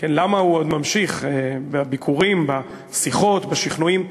למה הוא עוד ממשיך בביקורים, בשיחות, בשכנועים.